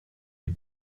nie